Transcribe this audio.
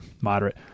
moderate